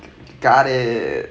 got it